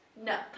No